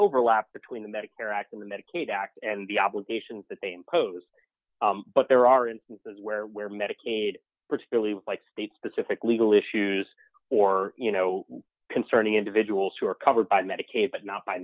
overlap between the medicare act and the medicaid act and the obligations that they impose but there are instances where where medicaid particularly like state specific legal issues or you know concerning individuals who are covered by medicaid but not by